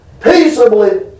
peaceably